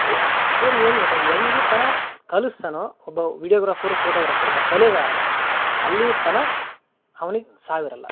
ವೋ ಏನು ಏನು ಗೊತ್ತ ಎಲ್ಲಿತನ ಕಲ್ಸ್ತನೋ ಒಬ್ಬ ವೀಡಿಯೋಗ್ರಾಫರು ಫೋಟೋಗ್ರಾಫರು ಒಬ್ಬ ಕಲೆಗಾರ ಅಲ್ಲಿತನ ಅವ್ನಿಗೆ ಸಾವಿರಲ್ಲ